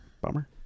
Bummer